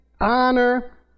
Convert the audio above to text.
honor